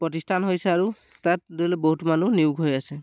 প্ৰতিষ্ঠান হৈছে আৰু তাত ধৰি লওক বহুত মানুহ নিয়োগ হৈ আছে